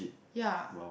ya